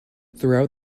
throughout